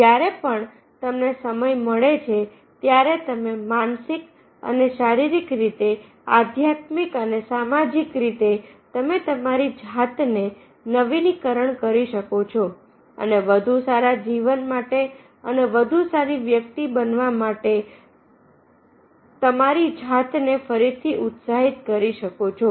જ્યારે પણ તમને સમય મળે છે ત્યારે તમે માનસિક અને શારીરિક રીતે આધ્યાત્મિક અને સામાજિક રીતે તમે તમારી જાતને નવીનીકરણ કરી શકો છો અને વધુ સારા જીવન માટે અને વધુ સારી વ્યક્તિ બનવા માટે તમારી જાતને ફરીથી ઉત્સાહિત કરી શકો છો